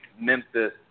Memphis